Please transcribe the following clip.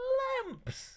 lamps